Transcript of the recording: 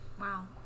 Wow